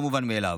זה לא מובן מאליו.